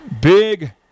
Big